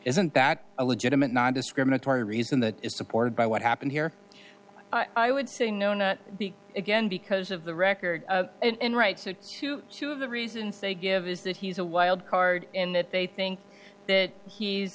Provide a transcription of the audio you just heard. isn't that a legitimate nondiscriminatory reason that is supported by what happened here i would say no not again because of the record and rights to two of the reasons they give is that he's a wild card in that they think that he's